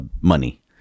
money